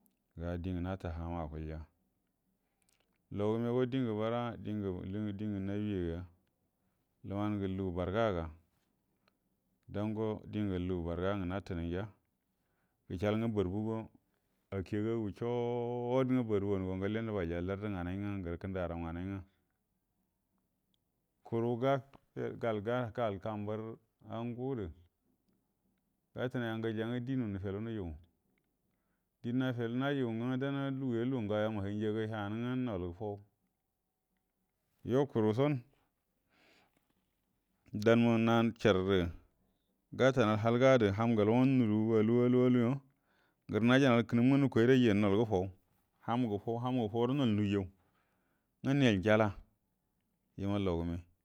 Ga dingə nara hama akulya logunego di ngə bara dingə nabi yeyi ga lunan ngə lugu barəgaga dango dingə lugu barəga ngə natəna ngiya gəshal nga borgugo ake gagu choot nga borguwango ngalle nubaly larətə nganai nga ngərə kəndaram nganai nga kuru ga ga-gal kambarə a ngu də gatənai angalya nga di nu nufelu hujugu di nafalu majugu nga dana inguyo lagu ngauya ma hainja ga yahnə nga nol gəfau yo kuruson dauma nasharəda gatanal halga ham galu nga nulu alu aluyo ngəra inajal kə nəm nga nukoi raija nol gəfau ham gə fan hamgəfan ro nol nu ujau nga niyel njala yima lagume.